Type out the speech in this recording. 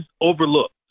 overlooked